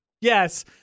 Yes